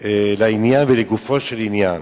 לעניין ולגופו של עניין.